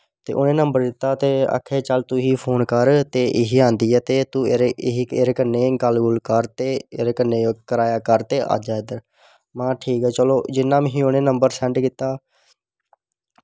उनें नंबर दित्ता ते आआ चल तूं इसी फोन कर ते एही आंदी ऐ ते तूं एह्दे कन्नै गल्ल गुल्ल कर ते एह्दे कन्ने कराया कर ते आ जा इध्दर महां ठीक ऐ जियां उनें मिगी नंबर सैंड कीता